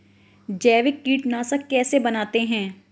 जैविक कीटनाशक कैसे बनाते हैं?